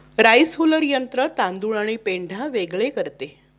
rice huller यंत्र तांदूळ आणि पेंढा वेगळे करते